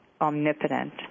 omnipotent